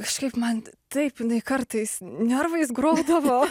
kažkaip man taip kartais nervais grodavo